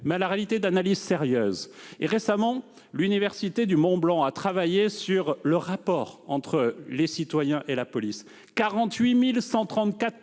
mais à la réalité d'analyses sérieuses. Récemment, l'université Savoie Mont-Blanc a travaillé sur le rapport entre les citoyens et la police : 48 134